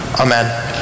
Amen